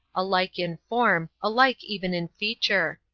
alike in form, alike even in feature.